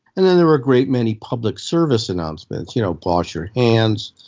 and then there were a great many public service announcements you know, wash your hands,